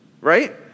right